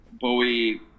Bowie